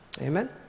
Amen